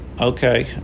Okay